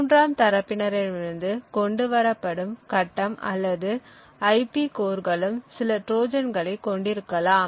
மூன்றாம் தரப்பினரிடமிருந்து கொண்டுவரப்படும் கட்டம் அல்லது ஐபி கோர்களும் சில ட்ரோஜான்களைக் கொண்டிருக்கலாம்